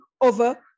over